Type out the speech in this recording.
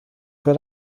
für